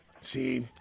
See